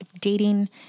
dating